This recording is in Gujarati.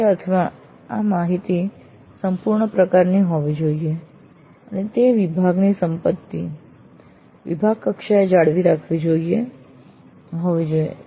તે અર્થમાં આ માહિતી સંપૂર્ણ પ્રકારની હોવી જોઈએ અને તે વિભાગની સંપત્તિ વિભાગ કક્ષાએ જાળવી રાખવી જોઈએ હોવી જોઈએ